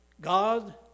God